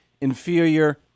inferior